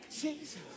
Jesus